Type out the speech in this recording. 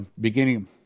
beginning